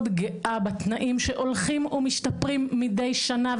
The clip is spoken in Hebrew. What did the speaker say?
גאה בתנאים שהולכים ומשתפרים מידי שנה,